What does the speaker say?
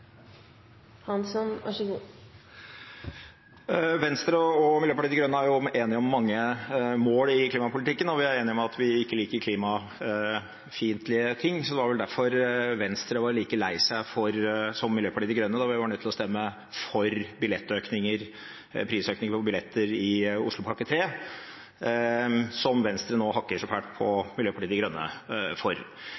klimafiendtlige ting, så det var vel derfor Venstre var like lei seg som Miljøpartiet De Grønne da vi var nødt til å stemme for prisøkning på billetter i Oslopakke 3, som Venstre nå hakker så fælt på